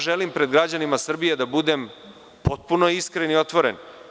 Želim pred građanima Srbije da budem potpuno iskren i otvoren.